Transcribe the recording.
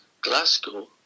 Glasgow